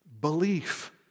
Belief